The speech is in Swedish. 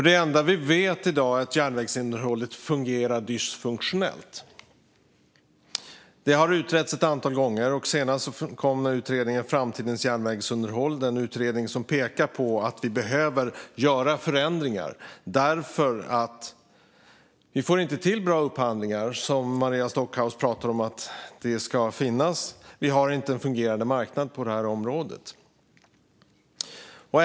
Det enda vi vet i dag är att järnvägsunderhållet är dysfunktionellt. Det har utretts ett antal gånger, senast av Utredningen om framtidens järnvägsunderhåll, som pekade på att vi behöver göra förändringar därför att vi inte får till bra upphandlingar, som Maria Stockhaus pratar om ska finnas. Vi har inte en fungerande marknad på området.